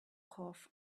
corp